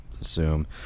assume